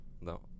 No